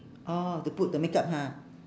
oh to put the makeup ha